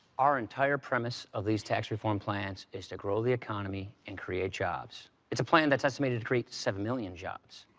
our entire premise of these tax reform plans is to grow the economy and create jobs. it's a plan that's estimated to create seven million jobs.